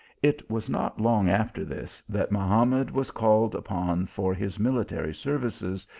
it was not long after this that mahamad was called upon for his military services,